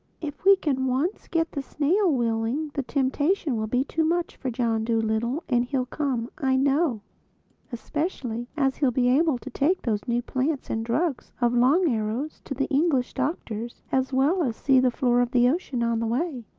if we can once get the snail willing, the temptation will be too much for john dolittle and he'll come, i know especially as he'll be able to take those new plants and drugs of long arrow's to the english doctors, as well as see the floor of the ocean on the way.